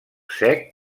sec